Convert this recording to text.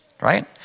right